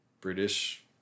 British